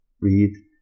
read